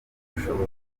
ubushobozi